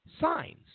signs